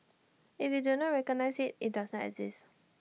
if you do not recognize IT does exist